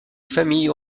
famille